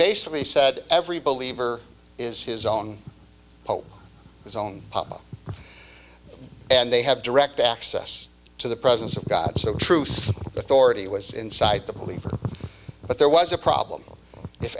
basically said every believer is his own home his own and they have direct access to the presence of god so truth authority was inside the believer but there was a problem if